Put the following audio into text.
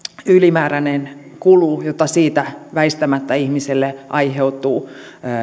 ylimääräinen kulu jota siitä väistämättä ihmiselle aiheutuu